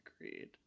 Agreed